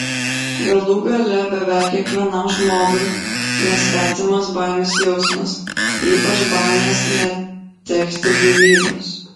galų gale beveik kiekvienam žmogui nesvetimas baimės jausmas ypač baimės netekti gyvybės